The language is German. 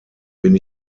bin